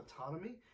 autonomy